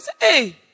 Hey